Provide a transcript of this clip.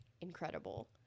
incredible